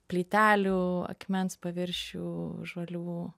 plytelių akmens paviršių žolių